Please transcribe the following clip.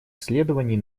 исследований